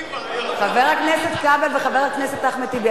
חבר הכנסת כבל וחבר הכנסת אחמד טיבי,